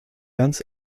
ganz